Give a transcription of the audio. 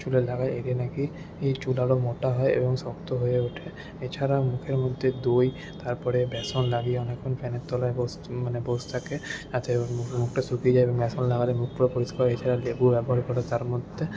চুলে লাগায় এতে নাকি এই চুল আরও মোটা হয় এবং শক্ত হয়ে ওঠে এছাড়া মুখের মধ্যে দই তারপরে বেসন লাগিয়ে অনেকক্ষণ ফ্যানের তলায় বসে মানে বসে থাকে তাতে মুখটা শুকিয়ে যায় এবং বেসন লাগালে মুখ পুরো পরিষ্কার এছাড়া লেবু ব্যবহার করে তার মধ্যে